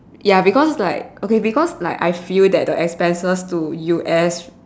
ya because like okay because like I feel that the expenses to U_S